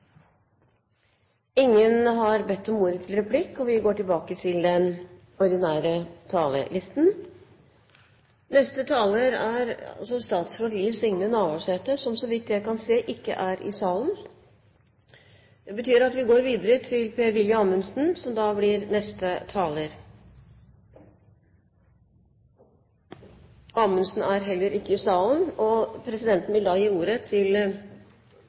Neste taler er statsråd Liv Signe Navarsete, som så vidt jeg kan se, ikke er i salen. Det betyr at vi går videre til representanten Per-Willy Amundsen, som blir neste taler. Per-Willy Amundsen er heller ikke i salen, og presidenten vil da gi ordet til